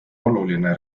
oluline